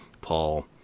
Paul